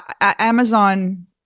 Amazon